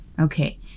Okay